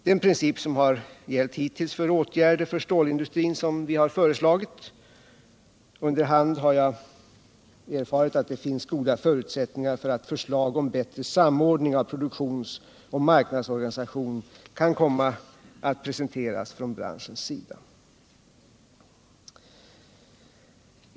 Denna princip har hittills gällt för de åtgärder för stålindustrin som regeringen föreslagit. Under hand har jag erfarit att det finns goda förutsättningar för att förslag om bättre samordning av produktionsoch marknadsorganisation kan komma att presenteras från branschens sida.